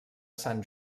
sant